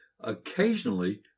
occasionally